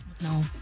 No